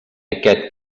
aquest